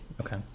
okay